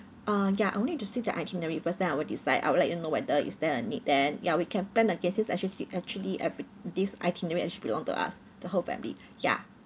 ah ya I will need to see the itinerary first then I would decide I would let you know whether is there a need then ya we can plan again since actually actually every this itinerary actually belong to us the whole family ya